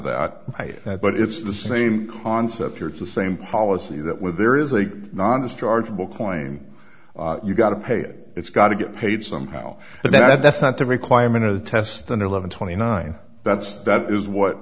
that but it's the same concept here it's the same policy that where there is a non dischargeable claim you've got to pay it's got to get paid somehow but that's not the requirement of the test and eleven twenty nine that's that is what